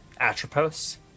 Atropos